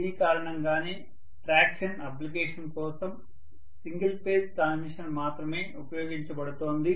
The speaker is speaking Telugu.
దీని కారణంగానే ట్రాక్షన్ అప్లికేషన్ కోసం సింగిల్ ఫేజ్ ట్రాన్స్మిషన్ మాత్రమే ఉపయోగించబడుతోంది